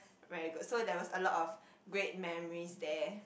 very good so there was a lot of great memories there